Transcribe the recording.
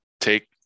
take